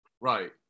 Right